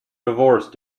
divorce